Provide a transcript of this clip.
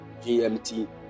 GMT